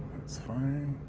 that's fine.